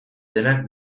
denak